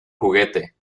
juguete